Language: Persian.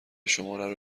شمارو